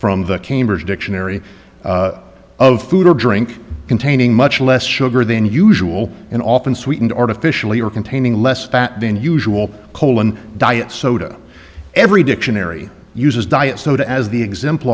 from the cambridge dictionary of food or drink containing much less sugar than usual and often sweetened artificially or containing less fat than usual colon diet soda every dictionary uses diet soda as the exempl